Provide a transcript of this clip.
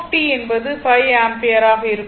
u என்பது 5 ampere ஆக இருக்கும்